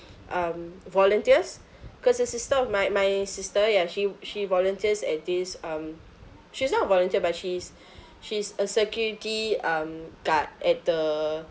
um volunteers cause a sister of my my sister ya she she volunteers at this um she's not a volunteer but she's she's a security um guard at the